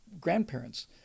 grandparents